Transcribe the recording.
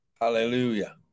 hallelujah